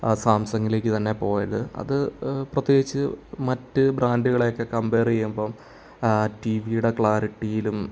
സാംസങിലേക്ക് തന്നെ പോയത് അത് പ്രത്യേകിച്ച് മറ്റ് ബ്രാൻഡുകളെയൊക്കെ കമ്പയർ ചെയ്യുമ്പോൾ ടി വിയുടെ ക്ലാരിറ്റിയിലും